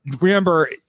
remember